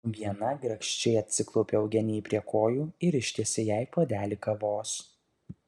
viena grakščiai atsiklaupė eugenijai prie kojų ir ištiesė jai puodelį kavos